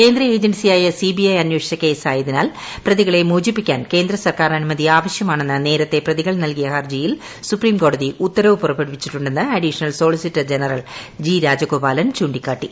കേന്ദ്ര ഏജൻസിയായ C B I അന്വേഷിച്ച കേസായതിനാൽ പ്രതികളെ മോചിപ്പിക്കാൻ കേന്ദ്ര സർക്കാർ അനുമതി ആവശ്യമാണെന്ന് നേരത്തെ പ്രതികൾ നല്കിയ ഹർജിയിൽ സുപ്രീം കോടതി ഉത്തരവ് പുറപ്പെടുവിച്ചിട്ടുന്ന് additional solicitor general G Rajagopalan ചൂിക്കുട്ടി